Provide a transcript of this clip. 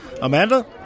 Amanda